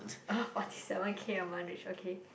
forty seven K a month which okay